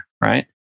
right